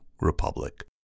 republic